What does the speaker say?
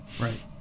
right